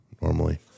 normally